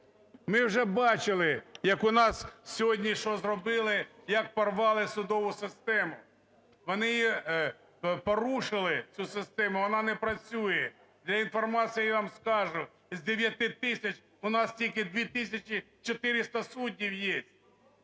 Ми вже бачили, як у нас сьогодні що зробили, як порвали судову систему. Вони її порушили, цю систему, вона не працює. Для інформації я вам скажу: з 9 тисяч в нас тільки 2 тисячі 400 суддів є.